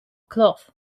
cloth